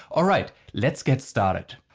alright, let's get started.